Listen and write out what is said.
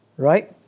Right